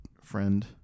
friend